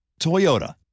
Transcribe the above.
Toyota